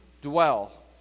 dwell